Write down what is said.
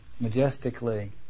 majestically